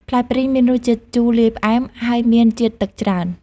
ផ្លែព្រីងមានរសជាតិ ជូរលាយផ្អែម ហើយមានជាតិទឹកច្រើន។